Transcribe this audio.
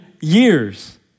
years